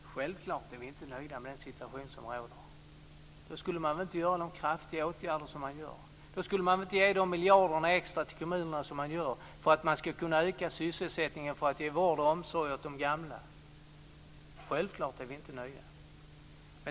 Fru talman! Självklart är vi inte nöjda med den situation som råder. Då skulle man väl inte vidta dessa kraftiga åtgärder. Då skulle man väl inte ge de extra miljarderna till kommunerna för att öka sysselsättningen och för att ge vård och omsorg åt de gamla. Självklart är vi inte nöjda.